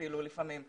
אפילו לפעמים,